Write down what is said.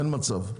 אין מצב.